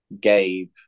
Gabe